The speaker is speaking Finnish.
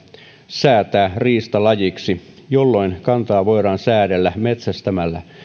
säätää riistalajiksi jolloin kantaa voidaan säädellä metsästämällä